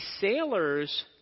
sailors